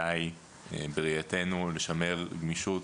שבראייתנו כדאי לשמר גמישות